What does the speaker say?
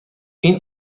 این